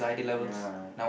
ya